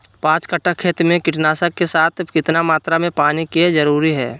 पांच कट्ठा खेत में कीटनाशक के साथ कितना मात्रा में पानी के जरूरत है?